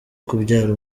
kubyara